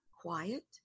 quiet